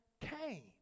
came